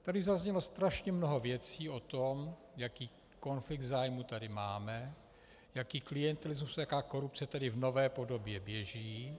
Tady zaznělo strašně mnoho věcí o tom, jaký konflikt zájmů tady máme, jaký klientelismus, jaká korupce tady v nové podobě běží.